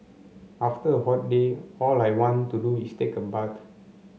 after a hot day all I want to do is take a bath